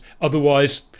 otherwise